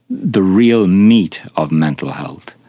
the real meat of mental health,